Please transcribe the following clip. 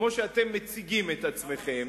כמו שאתם מציגים את עצמכם,